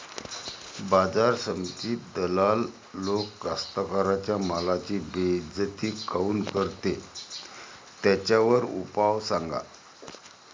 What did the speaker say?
बाजार समितीत दलाल लोक कास्ताकाराच्या मालाची बेइज्जती काऊन करते? त्याच्यावर उपाव सांगा